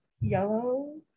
Yellow